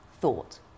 thought